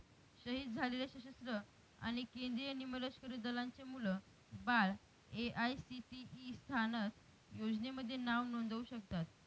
शहीद झालेले सशस्त्र आणि केंद्रीय निमलष्करी दलांचे मुलं बाळं ए.आय.सी.टी.ई स्वानथ योजनेमध्ये नाव नोंदवू शकतात